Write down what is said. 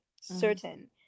Certain